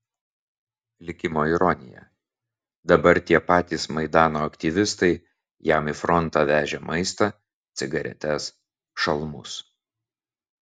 likimo ironija dabar tie patys maidano aktyvistai jam į frontą vežė maistą cigaretes šalmus